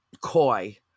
coy